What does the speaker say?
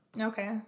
Okay